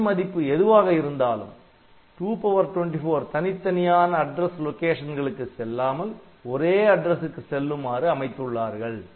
'n' மதிப்பு எதுவாக இருந்தாலும் தனித்தனியான அட்ரஸ் லொகேஷன்களுக்கு செல்லாமல் ஒரே அட்ரசுக்கு செல்லுமாறு அமைத்துள்ளார்கள்